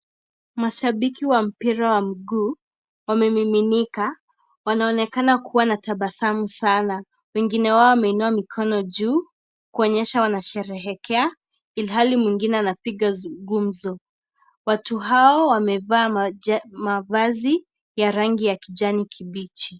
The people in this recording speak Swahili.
Mashabiki wa mpira wa mguu wamemiminika wanaonekana kua na tabasamu sana, wengine wao wameinua mikono juu kuonyesha wanasherehekea ilhali mwingine anapiga gumzo, watu hao wamevaa mavazi ya rangi ya kijani kibichi.